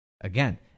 Again